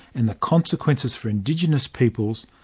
and the consequences for indigenous peoples,